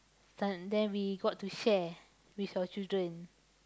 sun then we got to share with your children